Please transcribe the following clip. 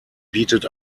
bietet